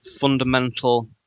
fundamental